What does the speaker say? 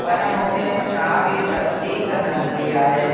पर मूंखे का बि तसदीकु न मिली आहे